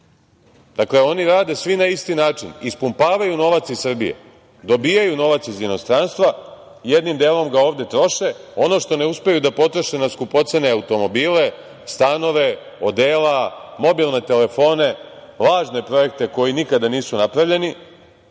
Oni rade svi na isti način, ispumpavaju novac iz Srbije, dobijaju novac iz inostranstva, jednim delom ga ovde troše, ono što ne uspeju da potroše na skupocene automobile, stanove, odela, mobilne telefone, lažne projekte koji nikada nisu napravljeni,